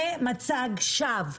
זה מצג שווא,